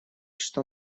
что